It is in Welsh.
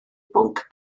bwnc